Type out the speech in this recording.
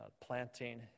planting